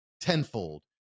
tenfold